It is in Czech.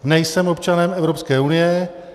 Nejsem občanem Evropské unie.